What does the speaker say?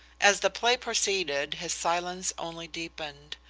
as the play proceeded, his silence only deepened.